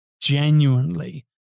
genuinely